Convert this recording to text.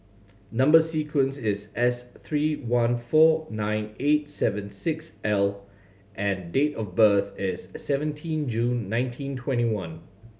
number sequence is S three one four nine eight seven six L and date of birth is seventeen June nineteen twenty one